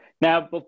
Now